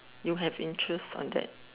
you have interest on that